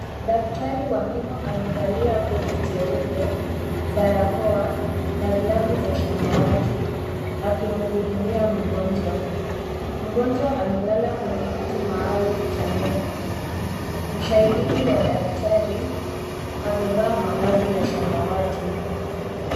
Daktari wa meno amevalia koti jeupe barakoa na glavu za samawati akimhudumia mgonjwa, mgonjwa amelala kwenye kiti maalum cha meno, msaidizi wa daktari amevaa mavazi ya samawati.